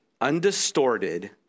undistorted